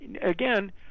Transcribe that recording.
Again